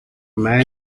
man